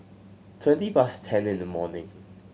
twenty past ten in the morning